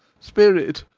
spirit!